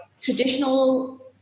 traditional